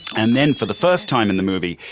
and then for the first time in the movie,